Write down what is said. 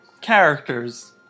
Characters